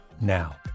now